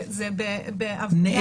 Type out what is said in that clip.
היא אומרת שזה עוד מעט.